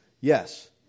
Yes